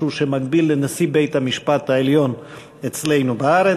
משהו שמקביל לנשיא בית-המשפט העליון אצלנו בארץ.